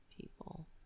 people